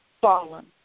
fallen